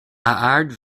ard